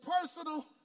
personal